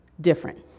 different